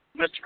Mr